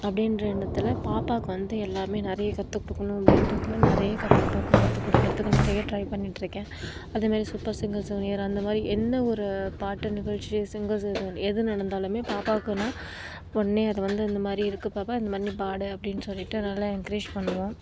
அப்படின்ற எண்ணத்தில் பாப்பாவுக்கு வந்து எல்லாம் நிறைய கற்றுக் கொடுக்கணும் அப்டின்றதில் நிறைய க பாப்பாவுக்கு கற்றுக் கொடுக்கறத்துக்கு நிறைய ட்ரை பண்ணிட்டுருக்கேன் அதுமாதிரி சூப்பர் சிங்கர் ஜூனியர் அந்த மாதிரி என்ன ஒரு பாட்டு நிகழ்ச்சி சிங்கர் சீசன் எது நடந்தாலும் பாப்பாவுக்கு நான் உடனே அது வந்து இந்த மாதிரி இருக்குது பாப்பா இந்த மாதிரி நீ பாடு அப்படினு சொல்லிட்டு நல்லா எங்கிரேஜ் பண்ணுவோம்